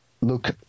Look